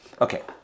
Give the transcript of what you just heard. Okay